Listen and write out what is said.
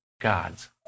God's